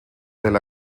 tel